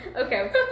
Okay